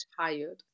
tired